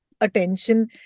attention